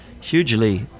hugely